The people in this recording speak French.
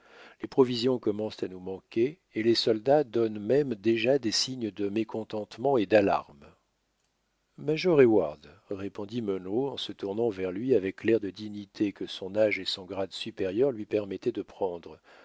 les provisions commencent à nous manquer et les soldats donnent même déjà des signes de mécontentement et d'alarmes major heyward répondit munro en se tournant vers lui avec l'air de dignité que son âge et son grade supérieur lui permettaient de prendre